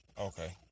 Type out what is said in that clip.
Okay